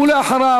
ואחריו,